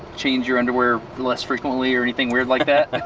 change your underwear less frequently or anything weird like that?